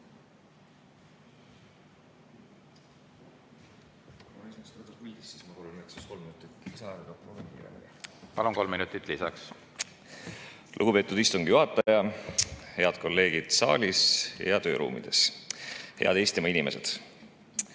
Palun, kolm minutit lisaks! Lugupeetud istungi juhataja! Head kolleegid saalis ja tööruumides! Head Eestimaa inimesed!